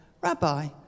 Rabbi